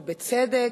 ובצדק.